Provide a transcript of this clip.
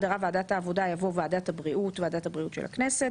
במקום "הוועדה" יבוא "ועדת הבריאות של הכנסת".